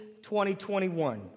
2021